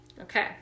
Okay